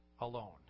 alone